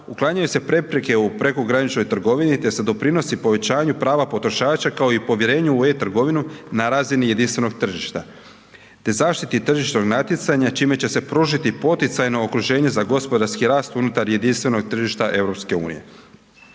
uklanjanju se prepreke u prekograničnoj trgovini te se doprinosi povećanju prava potrošača kao i povjerenja u e-Trgovinu na razini jedinstvenog tržišta te zaštiti tržišnog natjecanja čime će se pružiti poticajno okruženje za gospodarski rast unutar jedinstvenog tržišta EU.